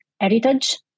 heritage